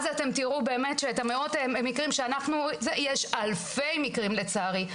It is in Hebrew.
אז תראו באמת שיש אלפי מקרים לצערי.